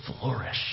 flourish